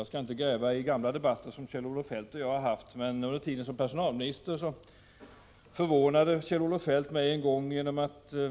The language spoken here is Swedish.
Jag skall inte gräva i gamla debatter som Kjell-Olof Feldt och jag har haft, men under tiden som personalminister förvånade Kjell-Olof Feldt mig en gång.